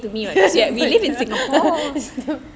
but no